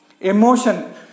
emotion